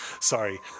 Sorry